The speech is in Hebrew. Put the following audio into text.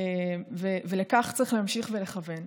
ולכך צריך להמשיך ולכוון.